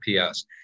PS